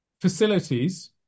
facilities